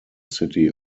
city